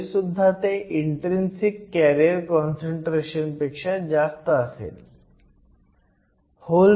तरीसुद्धा हे intrinsic carrier काँसंट्रेशनपेक्षा जास्त असेल